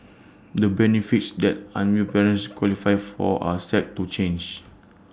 the benefits that unwed parents qualify for are set to change